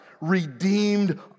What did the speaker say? redeemed